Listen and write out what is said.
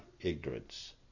ignorance